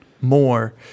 more